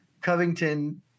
Covington